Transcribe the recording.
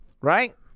right